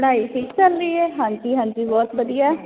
ਪੜ੍ਹਾਈ ਠੀਕ ਚੱਲ ਰਹੀ ਆ ਹਾਂਜੀ ਹਾਂਜੀ ਬਹੁਤ ਵਧੀਆ